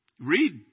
Read